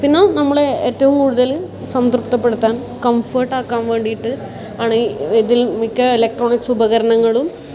പിന്നെ നമ്മൾ ഏറ്റവും കൂടുതൽ സംതൃപ്തപ്പെടുത്താൻ കംഫർട്ട് ആക്കാൻ വേണ്ടിയിട്ട് ആണ് ഇതിൽ മിക്ക ഇലക്ട്രോണിക്സ് ഉപകരണങ്ങളും